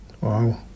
Wow